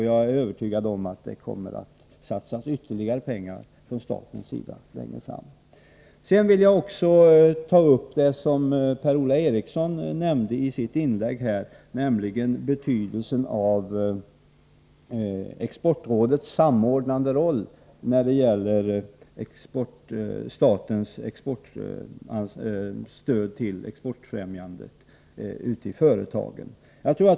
Jag är övertygad om att det kommer att satsas ytterligare pengar från statens sida längre fram. Jag vill också ta upp det som Per-Ola Eriksson nämnde i sitt inlägg om betydelsen av Exportrådets samordnande roll när det gäller statens exportfrämjande stöd till företagen.